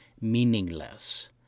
meaningless